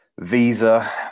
visa